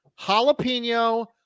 Jalapeno